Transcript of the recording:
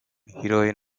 heroin